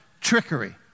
trickery